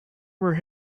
were